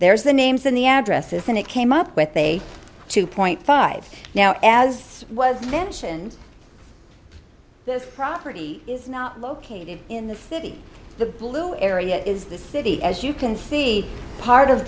there's the names and the addresses and it came up with a two point five now as was mentioned this property is not located in the city the blue area is the city as you can see part of